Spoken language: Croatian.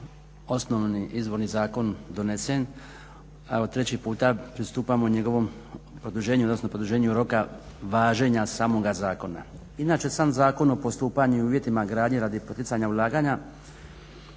osnovni izvorni zakon donesen evo treći puta pristupamo njegovom produženju, odnosno produženju roka važenja samoga zakona. Inače sam Zakon o postupanju i uvjetima gradnje radi poticanja ulaganja